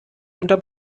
unterm